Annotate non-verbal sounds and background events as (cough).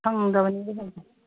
ꯁꯪꯗꯕꯅꯤꯅ (unintelligible)